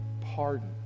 Pardon